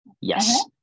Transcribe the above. Yes